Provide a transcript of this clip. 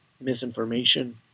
misinformation